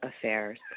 affairs